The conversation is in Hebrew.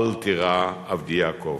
"אל תירא עבדי יעקב".